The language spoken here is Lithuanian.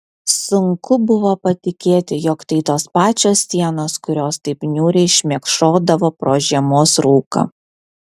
sunku buvo patikėti jog tai tos pačios sienos kurios taip niūriai šmėkšodavo pro žiemos rūką